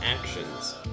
actions